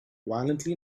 violently